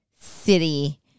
city